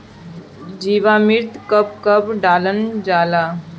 जीवामृत कब कब डालल जाला?